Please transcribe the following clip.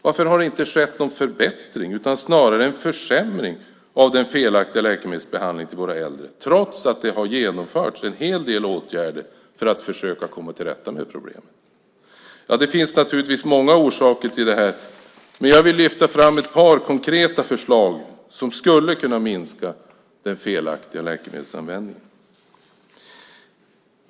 Varför har det inte skett någon förbättring utan snarare en försämring av den felaktiga läkemedelsbehandlingen av våra äldre trots att det har genomförts en hel del åtgärder för att försöka komma till rätta med problemet? Det finns naturligtvis många orsaker till detta, men jag vill lyfta fram ett par konkreta förslag som skulle kunna minska den felaktiga läkemedelsanvändningen.